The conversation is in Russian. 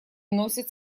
носят